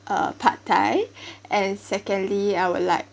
uh pad thai and secondly I would like